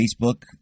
Facebook